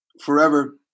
forever